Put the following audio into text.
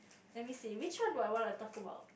let me see which one do I want to talk about